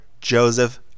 Joseph